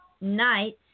nights